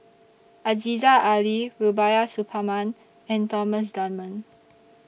Aziza Ali Rubiah Suparman and Thomas Dunman